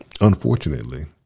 unfortunately